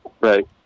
right